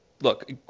look